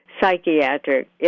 psychiatric